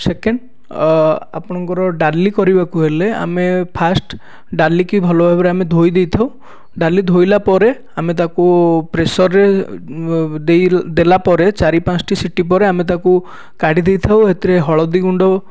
second ଆପଣଙ୍କର ଡାଲି କରିବାକୁ ହେଲେ ଆମେ ଫାଷ୍ଟ ଡାଲିକି ଭଲ ଭାବରେ ଆମେ ଧୋଇ ଦେଇଥାଉ ଡାଲି ଧୋଇଲା ପରେ ଆମେ ତାକୁ ପ୍ରେସରରେ ଦେଇ ଦେଲା ପରେ ଚାରି ପାଞ୍ଚଟି ସିଟି ପରେ ଆମେ ତାକୁ କାଢ଼ି ଦେଇଥାଉ ସେଥିରେ ହଳଦିଗୁଣ୍ଡ